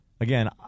Again